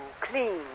clean